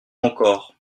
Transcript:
encore